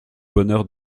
bonheur